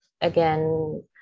again